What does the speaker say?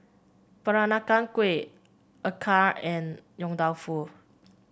Peranakan Kueh acar and Yong Tau Foo